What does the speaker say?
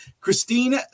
Christine